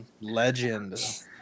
legend